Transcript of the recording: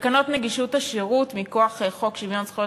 תקנות נגישות השירות מכוח חוק שוויון זכויות